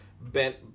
bent